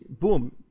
boom